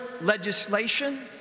legislation